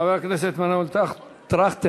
חבר הכנסת מנואל טרכטנברג,